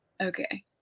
Okay